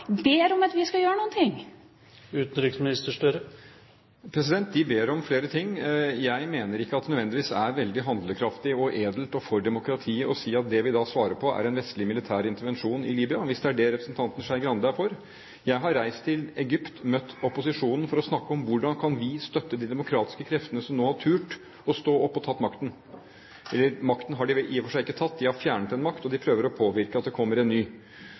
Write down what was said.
ber om at vi skal gjøre noe. De ber om flere ting. Jeg mener ikke at det nødvendigvis er veldig handlekraftig og edelt og for demokratiet å si at det vi da svarer på, er en vestlig militær intervensjon i Libya – hvis det er det representanten Skei Grande er for. Jeg har reist til Egypt, møtt opposisjonen for å snakke om hvordan vi kan støtte de demokratiske kreftene som nå har tort å stå opp og ta makten – eller makten har de vel i og for seg ikke tatt, de har fjernet en makt, og de prøver å påvirke at det kommer en ny.